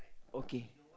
okay